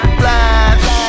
flash